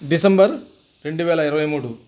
December రెండువేల ఇరవైమూడు